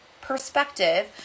perspective